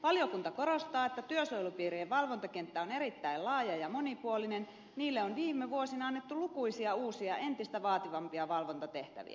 valiokunta korostaa että työsuojelupiirien valvontakenttä on erittäin laaja ja monipuolinen ja niille on viime vuosina annettu lukuisia uusia entistä vaativampia valvontatehtäviä